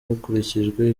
hakurikijwe